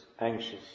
anxious